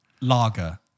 lager